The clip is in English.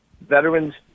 Veterans